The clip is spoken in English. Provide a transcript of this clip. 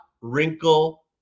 wrinkle